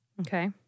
Okay